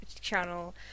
channel